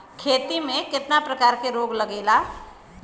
खेती में कितना प्रकार के रोग लगेला?